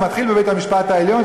זה מתחיל בבית-המשפט העליון,